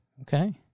Okay